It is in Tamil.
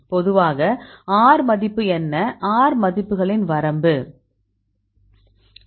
பொதுவாக r மதிப்பு என்ன r மதிப்புகளின் வரம்பு என்ன